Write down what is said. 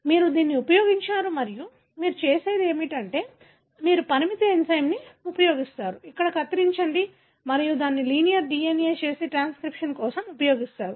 మీరు దీనిని ఉపయోగించారు మరియు మీరు చేసేది ఏమిటంటే మీరు పరిమితి ఎంజైమ్ని ఉపయోగిస్తారు ఇక్కడ కత్తిరించండి మీరు దానిని లీనియర్ DNA చేసి ట్రాన్స్క్రిప్షన్ కోసం ఉపయోగిస్తారు